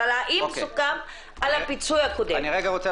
אבל האם סוכם על הפיצוי הקודם.